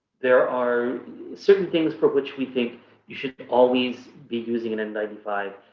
there are certain things for which we think you should always be using an n nine five,